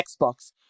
Xbox